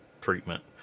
treatment